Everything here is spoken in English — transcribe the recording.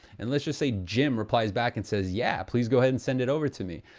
and let's just say jim replies back and says, yeah, please go ahead and send it over to me.